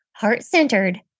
heart-centered